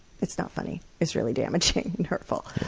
it's not funny. it's really damaging and hurtful.